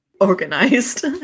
organized